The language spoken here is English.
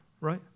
right